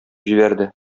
җибәрде